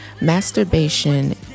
Masturbation